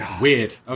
weird